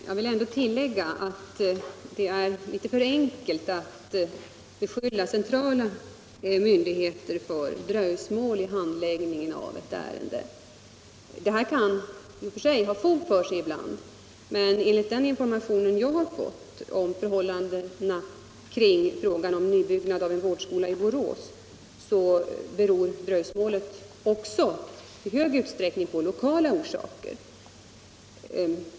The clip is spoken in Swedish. Fru talman! Jag vill ändå tillägga att det är litet för enkelt att beskylla centrala myndigheter för dröjsmål i handläggningen av ett ärende. Detta kan i och för sig ha fog för sig ibland, men enligt den information jag fått om förhållandena kring frågan om nybyggnad av en vårdskola i Borås så har dröjsmålet också i stor utsträckning lokala orsaker.